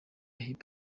hip